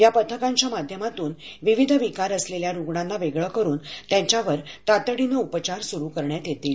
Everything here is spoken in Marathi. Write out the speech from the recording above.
या पथकांच्या माध्यमातून विविध विकार असलेल्या रुग्णाना वेगळे करुन त्यांच्यावर तातडीने उपचार सुरू करण्यात येतील